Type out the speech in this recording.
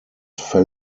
fell